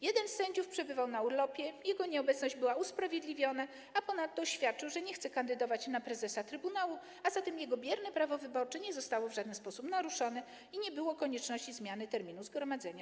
Jeden z sędziów przebywał na urlopie, jego nieobecność była usprawiedliwiona, a ponadto oświadczył, że nie chce kandydować na prezesa trybunału, a zatem jego bierne prawo wyborcze nie zostało w żaden sposób naruszone i nie było konieczności zmiany terminu zgromadzenia.